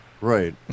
Right